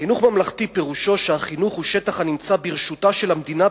חינוך ממלכתי פירושו שהחינוך הוא שטח הנמצא ברשותה של המדינה,